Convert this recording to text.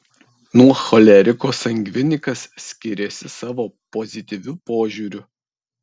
nuo choleriko sangvinikas skiriasi savo pozityviu požiūriu